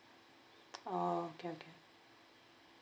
oh okay okay